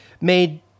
made